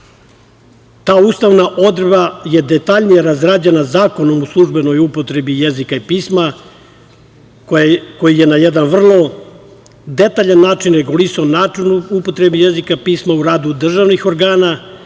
Ta ustavna odredba je detaljnije razrađena Zakonom o službenoj upotrebu jezika i pisma, koji je na jedan vrlo detaljan način regulisao način upotrebe jezika i pisma u radu državnih organa